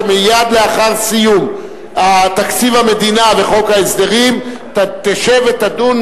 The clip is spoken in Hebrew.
שמייד לאחר סיום תקציב המדינה וחוק ההסדרים תשב ותדון,